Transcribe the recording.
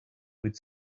with